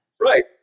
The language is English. Right